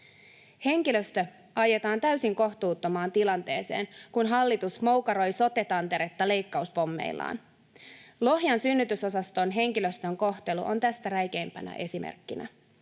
Henkilöstö ajetaan täysin kohtuuttomaan tilanteeseen, kun hallitus moukaroi sotetanteretta leikkauspommeillaan. Lohjan synnytysosaston henkilöstön kohtelu on tästä räikeimpänä esimerkkinä.